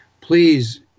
Please